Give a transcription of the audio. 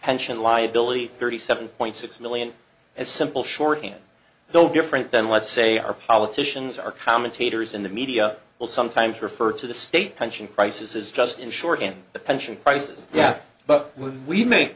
pension liability thirty seven point six million as simple shorthand don't different than let's say our politicians are commentators in the media will sometimes refer to the state pension crisis as just in short and the pension crisis yeah but when we make